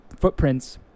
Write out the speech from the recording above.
footprints